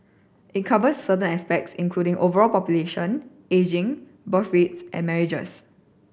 it covers certain aspects including overall population ageing birth rate and marriages